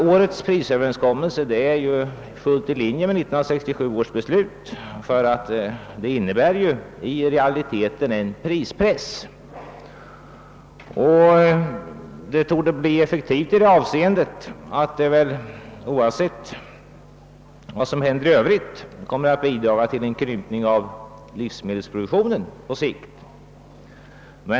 Årets prisöverenskommelse ligger helt i linje med 1967 års beslut, eftersom den i realiteten innebär en prispress. Den torde bli effektiv på så sätt att den, oberoende av vad som händer i övrigt, kommer att bidra till en krympning av livsmedelsproduktionen på sikt.